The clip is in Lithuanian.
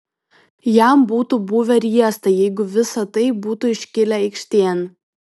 jam būtų buvę riesta jeigu visa tai būtų iškilę aikštėn